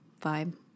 vibe